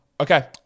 Okay